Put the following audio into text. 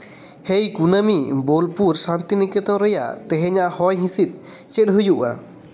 ᱦᱮᱭ ᱠᱩᱱᱟᱹᱢᱤ ᱵᱳᱞᱯᱩᱨ ᱥᱟᱱᱛᱤᱱᱤᱠᱮᱛᱚᱱ ᱨᱮᱭᱟᱜ ᱛᱮᱦᱮᱧᱟᱜ ᱦᱚᱭ ᱦᱤᱸᱥᱤᱫ ᱪᱮᱫ ᱦᱩᱭᱩᱜᱼᱟ